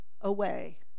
away